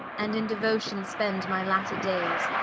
and in deuotion spend my latter dayes,